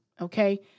okay